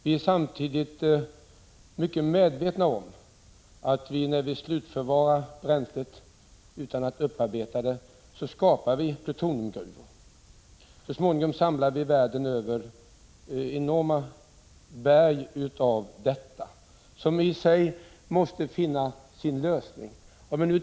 Vi är samtidigt mycket medvetna om att vi, när vi slutförvarar bränslet utan att upparbeta det, kan skapa plutoniumgruvor. Så småningom samlas världen över enorma berg av plutonium, och den frågan måste finna sin lösning.